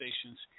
stations